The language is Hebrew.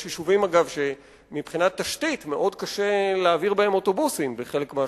יש יישובים שמבחינת התשתית מאוד קשה להעביר אוטובוסים בחלק מהשכונות,